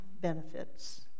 benefits